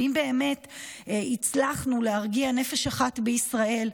ואם באמת הצלחנו להרגיע נפש אחת בישראל,